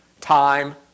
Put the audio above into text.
time